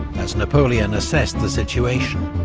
as napoleon assessed the situation,